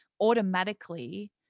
automatically